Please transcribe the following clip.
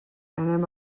anem